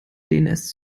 dns